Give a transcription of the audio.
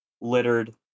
littered